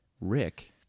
Rick